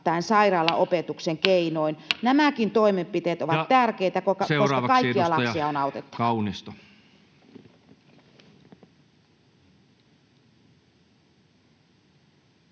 sairaalaopetuksen keinoin. Nämäkin toimenpiteet ovat tärkeitä, koska kaikkia lapsia on autettava.